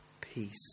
peace